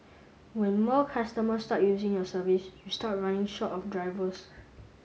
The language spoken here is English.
when more customers start using the service you start running short of drivers